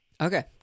Okay